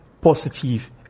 positive